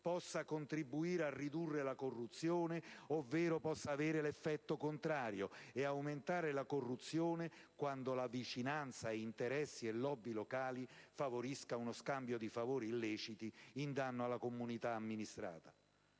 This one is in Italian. possa contribuire a ridurre la corruzione, ovvero possa avere l'effetto contrario e aumentare la corruzione quando la vicinanza a interessi e *lobby* locali favorisca uno scambio di favori illeciti in danno alla comunità amministrata.